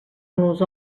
nos